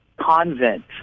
convent